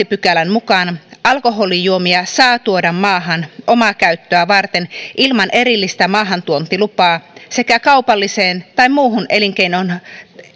pykälän mukaan alkoholijuomia saa tuoda maahan omaa käyttöä varten ilman erillistä maahantuontilupaa sekä kaupalliseen tai muuhun